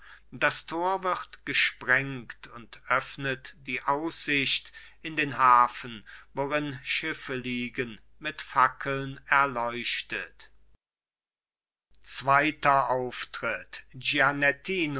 das tor wird gesprengt und öffnet die aussicht in den hafen worin schiffe liegen mit fackeln erleuchtet zweiter auftritt